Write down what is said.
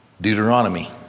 Deuteronomy